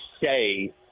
say